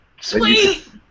Sweet